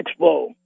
expo